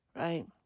Right